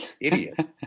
idiot